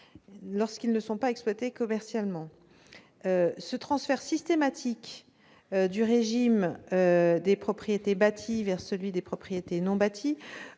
lorsqu'ils ne sont pas exploités commercialement. Un transfert systématique du régime des propriétés bâties vers celui des propriétés non bâties